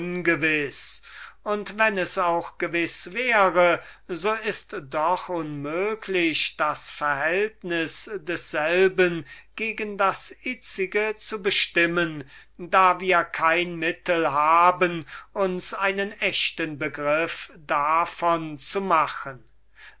ungewiß und wenn es auch wäre so ist es doch unmöglich das verhältnis desselben gegen das itzige zu bestimmen da wir kein mittel haben uns einen echten begriff davon zu machen